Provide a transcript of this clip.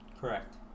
Correct